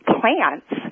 plants